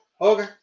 Okay